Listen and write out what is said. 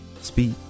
speak